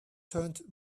turned